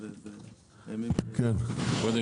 שלום.